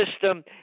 system